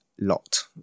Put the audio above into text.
lot